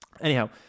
anyhow